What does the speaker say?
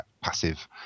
passive